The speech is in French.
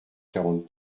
quarante